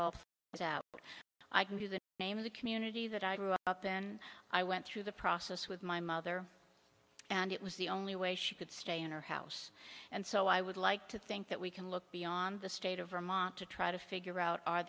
but i can do the name of the community that i grew up then i went through the process with my mother and it was the only way she could stay in her house and so i would like to think that we can look beyond the state of vermont to try to figure